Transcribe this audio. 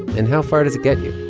and how far does it get you?